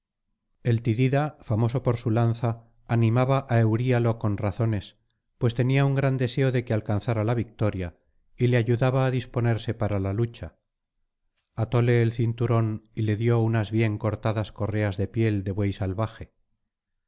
el tidida famoso por su lanza animaba á euríalo con razones pues tenía un gran deseo de que alcanzara la victoria y le ayudaba á disponerse para la lucha atóle el cinturón y le dio unas bien cortadas correas de piel de buey salvaje